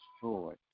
destroyed